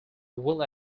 will